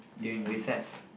during recess